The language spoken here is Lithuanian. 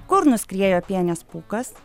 kur nuskriejo pienės pūkas